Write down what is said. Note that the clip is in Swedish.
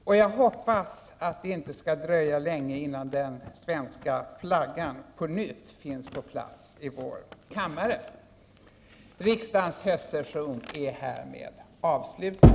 Och jag hoppas att det inte skall dröja länge innan den svenska flaggan på nytt finns på plats i vår kammare. Riksdagens höstsession är härmed avslutad.